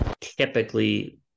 typically